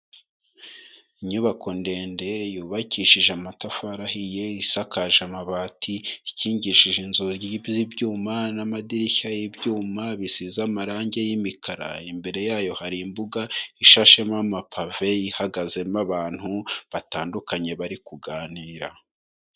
Inyubako ndende, yubakishije amatafari ahiye, isakaje amabati, ikingishije inzugi z'ibyuma n'amadirishya y'ibyuma, bisize amarange y'imikara, imbere yayo hari imbuga ishashemo amapave, ihagazemo abantu batandukanye bari kuganira.